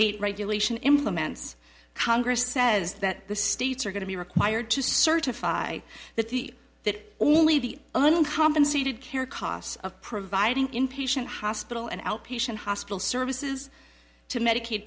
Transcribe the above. eight regulation implements congress says that the states are going to be required to certify that the that only the uncompensated care costs of providing inpatient hospital and outpatient hospital services to medica